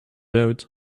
out